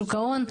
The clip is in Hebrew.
שוק ההון,